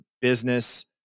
business